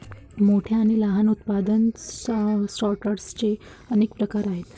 मोठ्या आणि लहान उत्पादन सॉर्टर्सचे अनेक प्रकार आहेत